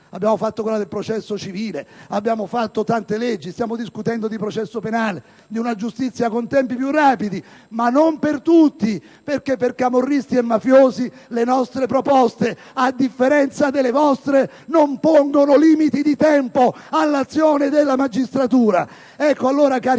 Abbiamo varato quella del processo civile e abbiamo approvato tante leggi. Stiamo discutendo di processo penale e di una giustizia con tempi più rapidi, ma non per tutti: per camorristi e mafiosi le nostre proposte, a differenza delle vostre, non pongono limiti di tempo all'azione della magistratura! Ecco, cari